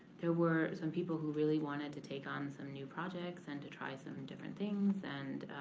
there were some people who really wanted to take on some new projects and to try some different things. and